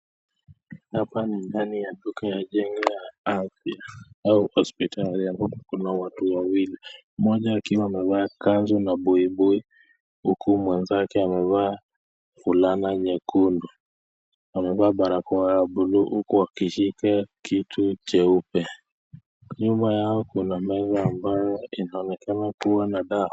Hapa ni ndani ya duka ya jengo ya afya au hospitali ambapo kuna watu wawili. Mmoja akiwa amevaa kanzu na buibui huku mwezake amevaa fulana nyekundu l, amevaa barakoa ya blue huku akishika kitu cheupe. Nyuma yao kuna meza ambayo inawekewa kuwa na dawa.